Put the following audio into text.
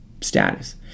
status